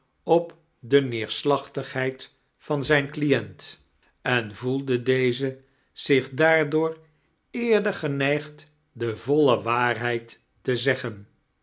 op de neerslachtdghedd van zijn client en voelde deze zich daardoor eerder geneigd de voile waarhedd te zeggen